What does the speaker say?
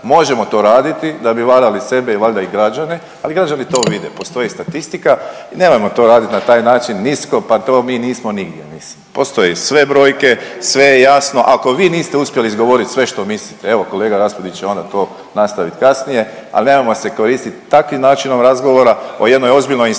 Možemo to raditi da bi varali sebe valjda i građane ali građani to vide postoji statistika i nemojmo to raditi na taj način nisko pa to mi nismo nigdje mislim, postoji sve brojke sve je jasno ako vi niste uspjeli izgovoriti sve što mislite, evo kolega Raspudić će onda to nastavit kasnije, al nemojmo se koristiti takvim načinom razgovora o jednoj ozbiljnoj instituciji